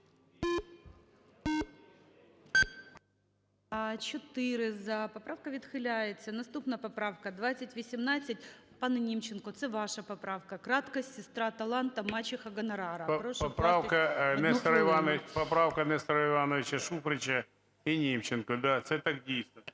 Поправка Нестора Івановича Шуфрича і Німченка, да, це так дійсно.